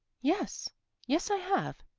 yes yes, i have.